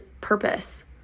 purpose